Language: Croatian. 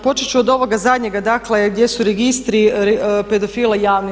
Počet ću od ovoga zadnjega dakle gdje su registri pedofila javni.